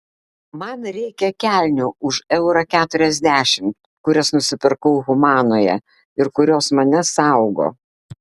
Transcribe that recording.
man reikia kelnių už eurą keturiasdešimt kurias nusipirkau humanoje ir kurios mane saugo